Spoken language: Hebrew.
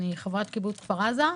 אני חברת קיבוץ כפר עזה,